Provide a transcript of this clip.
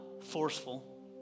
forceful